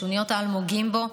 שוניות האלמוגים בו,